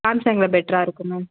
சாம்சங்கில் பெட்டராக இருக்கும் மேம்